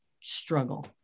struggle